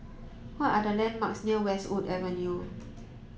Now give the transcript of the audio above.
what are the landmarks near Westwood Avenue